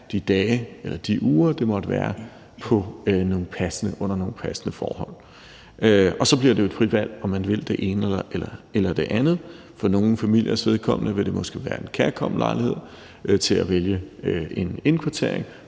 de dage eller de uger, det måtte være – under nogle passende forhold. Og så bliver det jo et frit valg, om man vil det ene eller det andet. For nogle familiers vedkommende vil det måske være en kærkommen lejlighed til at vælge en indkvartering;